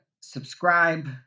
subscribe